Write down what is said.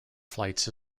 flights